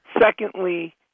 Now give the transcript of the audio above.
Secondly